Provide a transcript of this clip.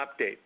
update